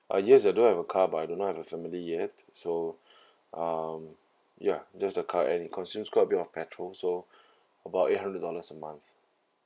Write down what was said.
uh yes I do have a car but I do not have a family yet so um ya just a car and it consumes quite a bit on petrol so about eight hundred dollars a month